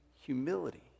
humility